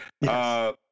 Yes